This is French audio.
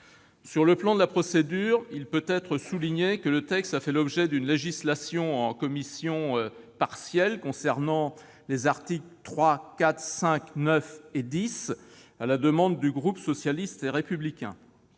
Sur le plan de la procédure, il peut être souligné que le texte a fait l'objet d'une législation en commission- ou LEC - partielle pour les articles 3, 4, 5, 9 et 10, à la demande du groupe socialiste et républicain.